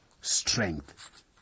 strength